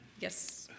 Yes